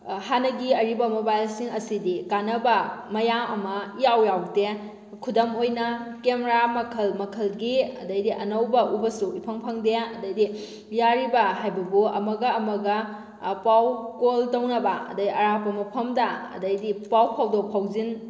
ꯍꯥꯟꯅꯒꯤ ꯑꯔꯤꯕ ꯃꯣꯕꯥꯏꯜꯁꯤꯡ ꯑꯁꯤꯗꯤ ꯀꯥꯟꯅꯕ ꯃꯌꯥꯝ ꯑꯃ ꯏꯌꯥꯎ ꯌꯥꯎꯗꯦ ꯈꯨꯗꯝ ꯑꯣꯏꯅ ꯀꯦꯃꯦꯔꯥ ꯃꯈꯜ ꯃꯈꯜꯒꯤ ꯑꯗꯩꯗꯤ ꯑꯅꯧꯕ ꯎꯕꯁꯨ ꯏꯐꯪ ꯐꯪꯗꯦ ꯑꯗꯩꯗꯤ ꯌꯥꯔꯤꯕ ꯍꯥꯏꯕꯕꯨ ꯑꯃꯒ ꯑꯃꯒ ꯄꯥꯎ ꯀꯣꯜ ꯇꯧꯅꯕ ꯑꯗꯩ ꯑꯔꯥꯞꯄ ꯃꯐꯝꯗ ꯑꯗꯩꯗꯤ ꯄꯥꯎ ꯐꯥꯎꯗꯣꯛ ꯐꯥꯎꯖꯤꯟ